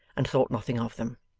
and thought nothing of them.